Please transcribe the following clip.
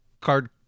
card